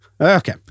Okay